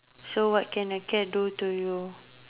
so what can a cat do to you